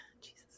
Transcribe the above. Jesus